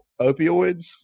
opioids